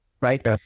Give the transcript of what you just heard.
right